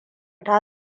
ta